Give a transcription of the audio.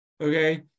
Okay